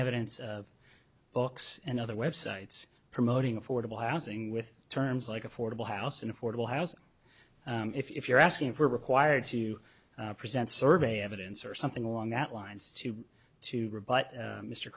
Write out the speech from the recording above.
evidence books and other websites promoting affordable housing with terms like affordable housing affordable housing if you're asking for required to present survey evidence or something along that lines to to